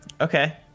okay